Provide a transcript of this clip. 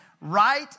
right